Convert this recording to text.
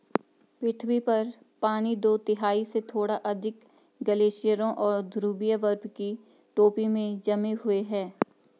पृथ्वी पर पानी दो तिहाई से थोड़ा अधिक ग्लेशियरों और ध्रुवीय बर्फ की टोपी में जमे हुए है